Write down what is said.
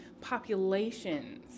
populations